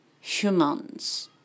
humans